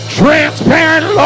transparent